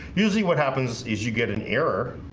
usually what happens is you get an error